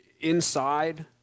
Inside